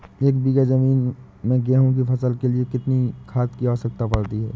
एक बीघा ज़मीन में गेहूँ की फसल के लिए कितनी खाद की आवश्यकता पड़ती है?